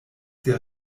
der